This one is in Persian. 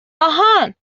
آهان